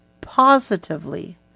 positively